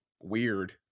weird